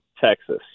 Texas